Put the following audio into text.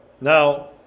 Now